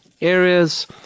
areas